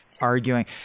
arguing